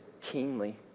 keenly